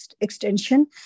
extension